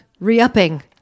re-upping